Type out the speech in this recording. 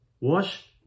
Wash